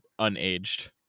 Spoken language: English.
unaged